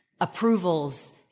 approvals